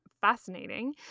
fascinating